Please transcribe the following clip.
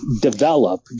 develop